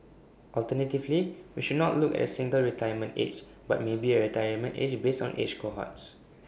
alternatively we should not look at A single retirement age but maybe A retirement age based on age cohorts